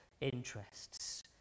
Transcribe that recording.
interests